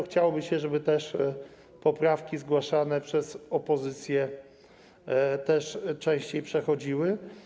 Chciałoby się, żeby też poprawki zgłaszane przez opozycję częściej przechodziły.